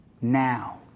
now